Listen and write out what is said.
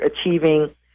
achieving